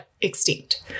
extinct